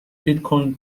bitcoin